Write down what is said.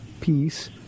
peace